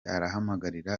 arahamagarira